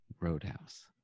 roadhouse